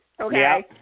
Okay